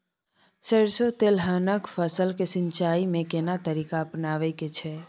सरसो तेलहनक फसल के सिंचाई में केना तरीका अपनाबे के छै?